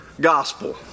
gospel